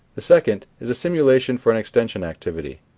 the second is a simulation for an extension activity.